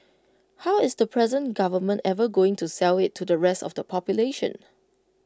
how is the present government ever going to sell IT to the rest of the population